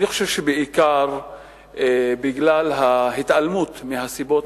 אני חושב שבעיקר בגלל ההתעלמות מהסיבות